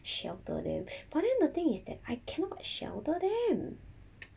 shelter them but then the thing is that I cannot shelter them